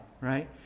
right